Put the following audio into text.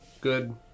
Good